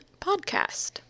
podcast